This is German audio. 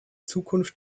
zukunft